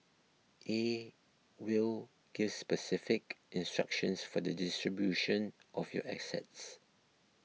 a will gives specific instructions for the distribution of your assets